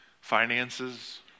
finances